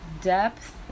depth